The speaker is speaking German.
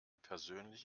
persönlich